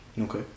Okay